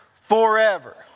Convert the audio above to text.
forever